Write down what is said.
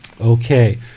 Okay